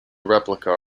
replica